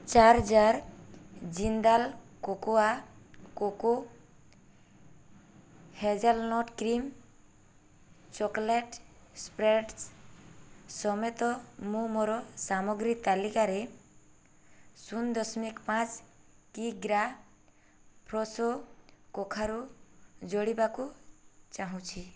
ଚାରି jar Jindal cocoa coco hazelnut cream chocolate spreads ସମେତ ମୁଁ ମୋର ସାମଗ୍ରୀ ତାଲିକାରେ ଶୂନ ଦଶମିକ ପାଞ୍ଚ କିଗ୍ରା ଫ୍ରଶୋ କଖାରୁ ଯୋଡ଼ିବାକୁ ଚାହୁଁଛି